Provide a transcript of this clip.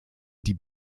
die